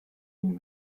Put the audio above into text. ihn